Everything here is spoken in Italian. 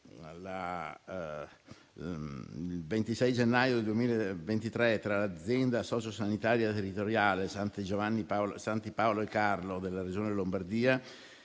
il 26 gennaio 2023 - tra l'azienda sociosanitaria territoriale Santi Paolo e Carlo della Regione Lombardia